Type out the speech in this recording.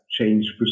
change